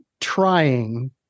trying